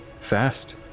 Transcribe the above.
Fast